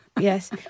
Yes